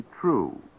true